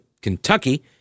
Kentucky